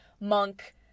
monk